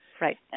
Right